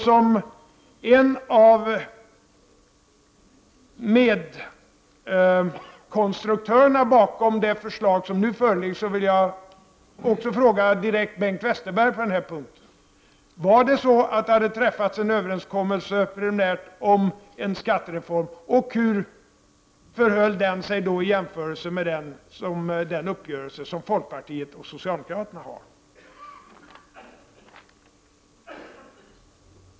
Som en av medkonstruktörerna bakom det förslag som nu föreligger vill jag också direkt fråga Bengt Westerberg på den här punkten: Var det så att det preliminärt hade träffats en överenskommelse om en skattereform, och hur förhöll den sig i så fall till den uppgörelse som folkpartiet och socialdemokraterna har?